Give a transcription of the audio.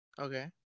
Okay